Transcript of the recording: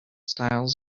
styles